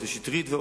שטרית,